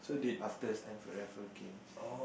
after Stamford Raffles came